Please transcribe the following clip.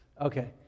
Okay